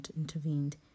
intervened